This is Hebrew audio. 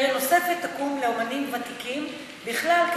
קרן נוספת תקום לאמנים ותיקים בכלל,